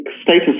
status